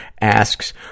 asks